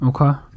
okay